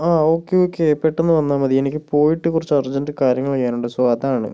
ആ okay okay പെട്ടന്ന് വന്നാൽ മതി എനിക്ക് പോയിട്ട് കുറച്ച് അർജന്റ് കാര്യങ്ങള് ചെയ്യാനുണ്ട് സോ അതാണ്